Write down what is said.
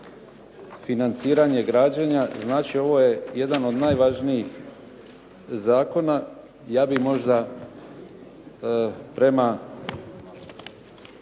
financiranje građenja, znači ovo je jedan od najvažnijih zakona. Ja bih možda prema